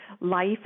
life